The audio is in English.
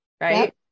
right